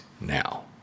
now